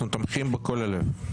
אנחנו תומכים מכל הלב.